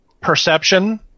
perception